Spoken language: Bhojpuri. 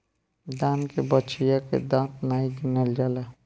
दान के बछिया के दांत नाइ गिनल जाला